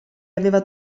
aveva